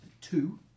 two